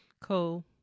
Cool